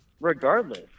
regardless